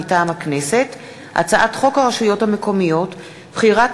מטעם הכנסת: הצעת חוק הרשויות המקומיות (בחירת